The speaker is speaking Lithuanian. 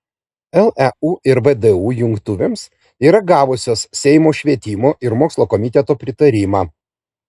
leu ir vdu jungtuvėms yra gavusios seimo švietimo ir mokslo komiteto pritarimą